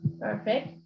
Perfect